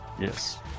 yes